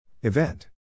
Event